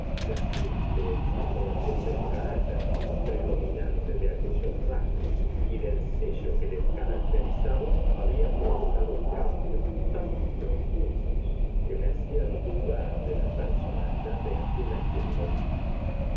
la simple exageración del carácter predominante de aquellos rasgos y del sello que les caracterizaba había provocado cambios tan profundos que me hacían dudar de la personalidad de aquel a quien me dirigía